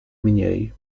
mniej